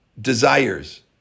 desires